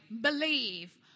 believe